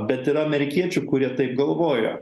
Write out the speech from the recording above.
bet yra amerikiečių kurie taip galvojo